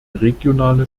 regionale